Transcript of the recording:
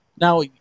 Now